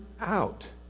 out